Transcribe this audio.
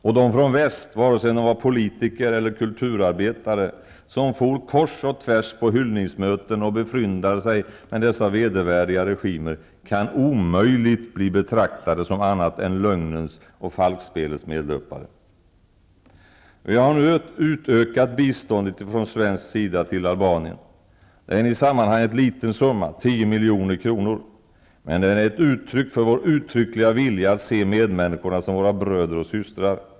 Och de från väst -- vare sig de var politiker eller kulturarbetare -- som for kors och tvärs på hyllningsmöten och befryndade sig med dessa vedervärdiga regimer, kan omöjligt bli betraktade som annat än lögnens och falskspelets medlöpare. Vi har nu utökat biståndet från svensk sida till Albanien. Det är en i sammanhanget liten summa, 10 milj.kr. Men den är ett uttryck för vår uttryckliga vilja att se medmänniskorna som våra bröder och systrar.